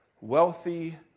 wealthy